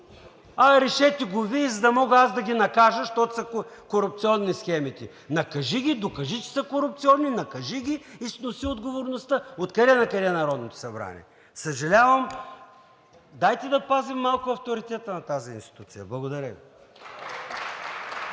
решете го Вие, за да мога аз да ги накажа, защото са корупционни схемите.“ Докажи, че са корупционни, накажи ги и си носи отговорността, откъде накъде Народното събрание? Съжалявам. Дайте да пазим малко авторитета на тази институция. Благодаря